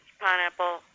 pineapple